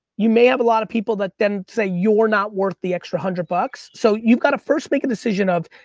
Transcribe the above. you may have a lot of people that then say you're not worth the extra one hundred bucks. so, you've gotta first make a decision of,